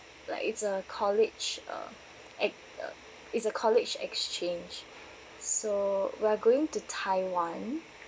like it's a college uh uh it's a college exchange so we are going to taiwan